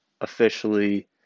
officially